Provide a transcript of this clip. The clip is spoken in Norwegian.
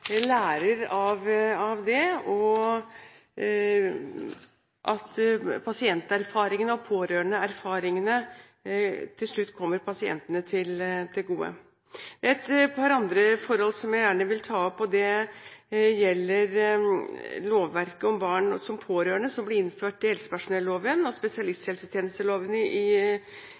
også lære av det, og at pasienterfaringene og pårørendeerfaringene til slutt må komme pasientene til gode. Et par andre forhold som jeg gjerne vil ta opp, gjelder lovverket om barn som pårørende, som ble innført i helsepersonelloven og spesialisthelsetjenesteloven i